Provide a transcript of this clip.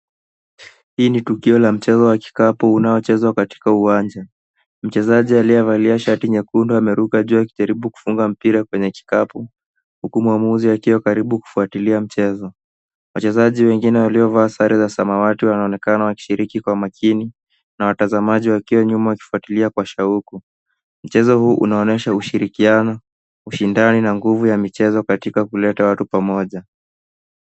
Hii ni tukio la mchezo wa kikapu unaochezwa katika uwanja. Mchezaji aliyevalia shati nyekundu ameruka juu na kujaribu kufunga mpira kwenye kikapu huku muamuzi akiwa karibu kufuatilia mchezo. Wachezaji wengine waliovaa sare za samawati wanaonekana wakishiriki kwa makini na watazamaji wakiwa nyuma wakifuatilia kwa shauku. Mchezo huu unaonesha ushirikiano, ushindani na nguvu ya michezo katika kuleta watu pamoja.